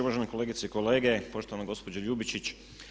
Uvaženi kolegice i kolege, poštovana gospođo Ljubičić.